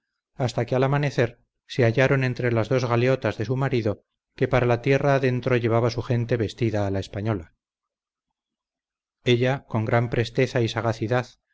hasta que al amanecer se hallaron entre las dos galeotas de su marido que para la tierra adentro llevaba su gente vestida a la española ella con gran presteza y sagacidad